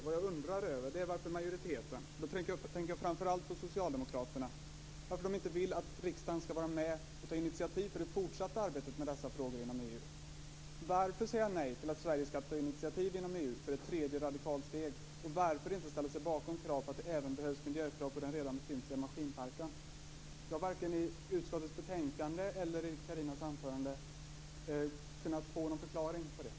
Däremot undrar jag varför majoriteten - och då tänker jag framför allt på socialdemokraterna - inte vill att riksdagen skall vara med och ta initiativ till det fortsatta arbetet med dessa frågor inom EU. Varför säga nej till att Sverige skall ta ett initiativ i EU till ett tredje radikalt steg? Och varför inte ställa sig bakom kravet att det även behövs miljökrav när det gäller den redan befintliga maskinparken? Varken i utskottets betänkande eller i Carina Ohlssons anförande har jag kunna få någon förklaring på den punkten.